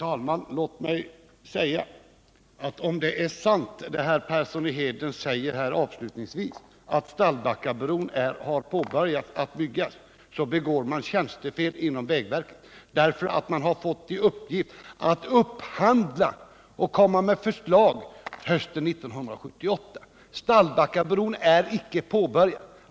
Herr talman! Om det är sant som Arne Persson säger avslutningsvis, att bygget av Stallbackabron har påbörjats, begår man tjänstefel inom vägverket. Man har nämligen fått i uppdrag att upphandla och att lägga fram förslag hösten 1978. Stallbackabron är inte påbörjad!